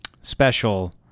special